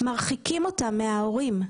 מרחיקים אותם מההורים,